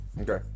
Okay